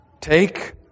take